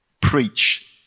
preach